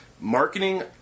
marketing